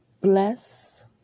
bless